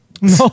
No